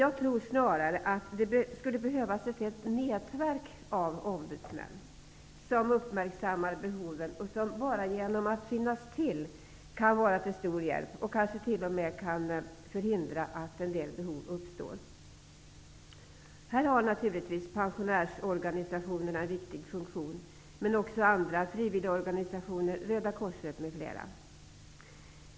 Jag tror snarare att det skulle behövas ett helt nätverk av ombudsmän som uppmärksammar behoven och som bara genom att de finns till kan vara till stor hjälp. Kanske kan de t.o.m. förhindra att en del behov uppstår. Pensionärsorganisationerna har naturligtvis en viktig funktion, men det har också Röda korset och andra frivilligorganisationer.